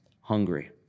hungry